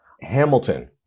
Hamilton